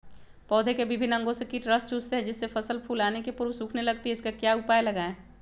पौधे के विभिन्न अंगों से कीट रस चूसते हैं जिससे फसल फूल आने के पूर्व सूखने लगती है इसका क्या उपाय लगाएं?